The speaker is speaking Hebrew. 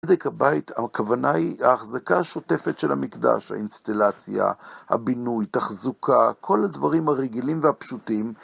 בדק הבית, הכוונה היא ההחזקה השוטפת של המקדש, האינסטלציה, הבינוי, תחזוקה, כל הדברים הרגילים והפשוטים.